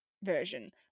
version